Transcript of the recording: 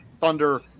Thunder